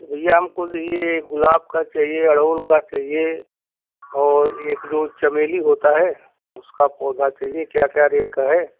भैया हमको ये गुलाब का चाहिए अड़हुल का चाहिए और एक जो चमेली होता है उसका पौधा चाहिए क्या क्या रेट का है